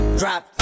drop